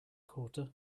quarter